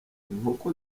inkoko